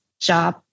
job